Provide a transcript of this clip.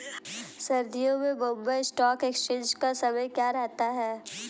सर्दियों में Bombay stock exchange का समय क्या रहता है?